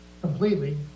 completely